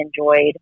enjoyed